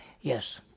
Yes